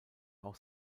auch